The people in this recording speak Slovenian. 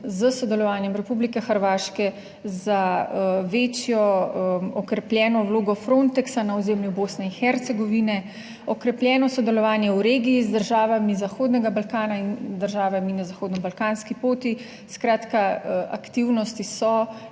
s sodelovanjem Republike Hrvaške za večjo okrepljeno vlogo Frontexa na ozemlju Bosne in Hercegovine, okrepljeno sodelovanje v regiji z državami Zahodnega Balkana in državami na zahodno balkanski poti, skratka, aktivnosti so